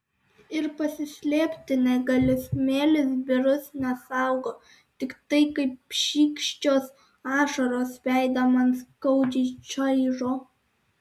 ir pasislėpti negali smėlis birus nesaugo tiktai kaip šykščios ašaros veidą man skaudžiai čaižo